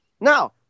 Now